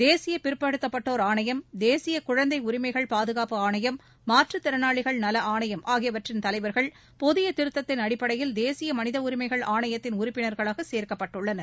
தேசிய பிற்படுத்தப்பட்டோர் ஆணையம் தேசிய குழந்தை உரிமைகள் பாதுகாப்பு ஆணையம் மாற்றுத்திறனாளிகள் நல ஆணையம் ஆகியவற்றின் தலைவர்கள் புதிய திருத்தத்தின் அடிப்படையில் தேசிய மனித உரிமைகள் ஆணையத்தின் உறுப்பினர்களாக சேர்க்கப்பட்டுள்ளனர்